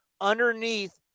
underneath